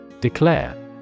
Declare